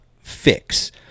fix